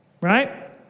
right